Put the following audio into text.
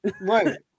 right